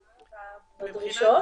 בדרישות.